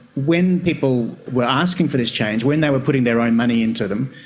when people were asking for this change, when they were putting their own money into them,